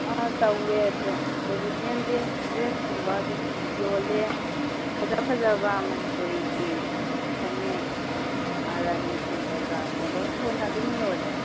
ꯑꯥ ꯇꯧꯑꯦ ꯇ꯭ꯔꯦꯗꯤꯁꯅꯦꯜ ꯗ꯭ꯔꯦꯁꯀꯨꯝꯕ ꯑꯗꯨꯝ ꯌꯣꯜꯂꯦ ꯐꯖ ꯐꯖꯕ ꯃꯅꯤꯄꯨꯔꯤꯒꯤ ꯐꯅꯦꯛ ꯔꯥꯅꯤ ꯐꯤ ꯀꯩꯀꯥꯁꯦ ꯂꯣꯏ ꯁꯨꯅ ꯑꯗꯨꯝ ꯌꯣꯜꯂꯦ